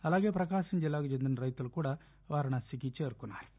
అలాగే ప్రకాశం జిల్లాకు చెందిన రైతులు కూడా వారణాసి చేరుకున్నారు